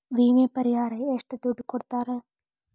ವಿಮೆ ಪರಿಹಾರ ಎಷ್ಟ ದುಡ್ಡ ಕೊಡ್ತಾರ?